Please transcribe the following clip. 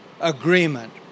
agreement